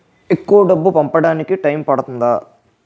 ఎక్కువ డబ్బు పంపడానికి టైం పడుతుందా?